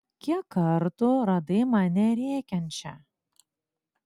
kiek kartų radai mane rėkiančią